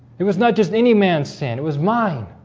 it was not just any man's sin it was mine